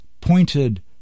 pointed